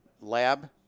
lab